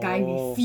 orh